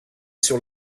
sur